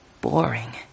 boring